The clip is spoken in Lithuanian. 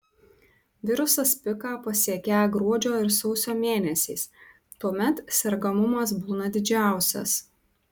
virusas piką pasiekią gruodžio ir sausio mėnesiais tuomet sergamumas būna didžiausias